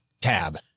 Tab